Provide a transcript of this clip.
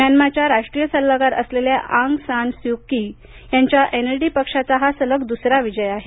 म्यानमारच्या राष्ट्रीय सल्लागार असलेल्या आंग सान स्यु की यांच्या एनएलडी पक्षाचा हा सलग दुसरा विजय आहे